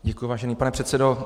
Děkuji, vážený pane předsedo.